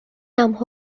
নাম